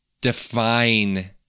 define